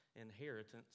inheritance